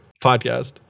podcast